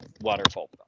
waterfall